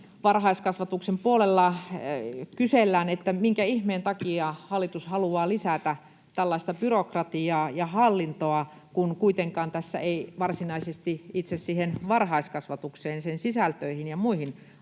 Varhaiskasvatuksen puolella kysellään, minkä ihmeen takia hallitus haluaa lisätä tällaista byrokratiaa ja hallintoa, kun kuitenkaan tässä ei varsinaisesti itse siihen varhaiskasvatukseen, sen sisältöihin ja muihin, olla